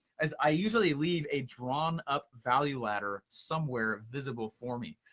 is i usually leave a drawn up value ladder, somewhere visible for me.